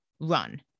run